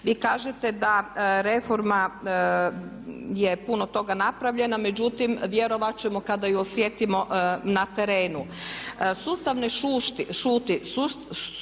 Vi kažete da reforma je puno toga napravila, međutim vjerovat ćemo kada ju osjetimo na terenu. Sustav ne šuti,